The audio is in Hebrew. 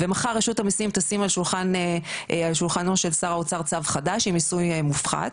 ומחר רשות המיסים תשים על שולחנו של שר האוצר צו חדש עם מיסוי מופחת,